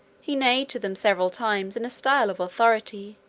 he neighed to them several times in a style of authority,